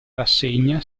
rassegna